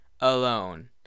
alone